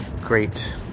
great